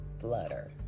flutter